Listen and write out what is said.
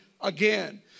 again